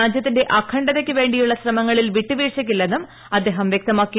രാജ്യത്തിന്റെ അഖണ്ഡതയ്ക്കു വേണ്ടിയുള്ള ശ്രമങ്ങളിൽ വിട്ടു വീഴ്ചക്കില്ലെന്നും അദ്ദേഹം വ്യക്തമാക്കി